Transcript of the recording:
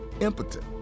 impotent